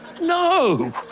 no